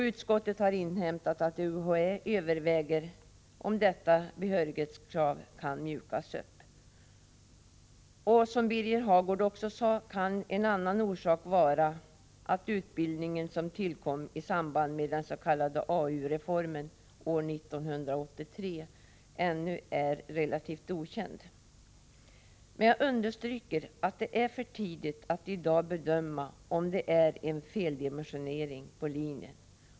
Utskottet har inhämtat att UHÄ överväger om detta behörighetskrav kan mjukas upp. Som Birger Hagård sade kan en annan orsak vara att utbildningen, som tillkom i samband med den s.k. AU reformen år 1983, ännu är relativt okänd. Jag understryker att det är för tidigt att i dag bedöma om det är fråga om en feldimensionering av linjen.